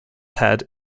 had